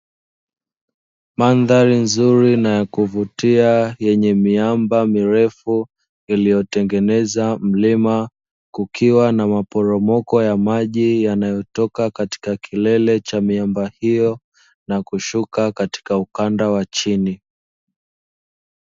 Mandhari nzuri na ya kuvutia yenye miamba mirefu iliyotengeneza mlima, kukiwa na maporomoko ya maji yanayotoka katika kilele cha miamba hiyo na kushuka katika ukanda wa chini.